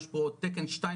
יש פה תקן שתיים,